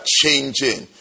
changing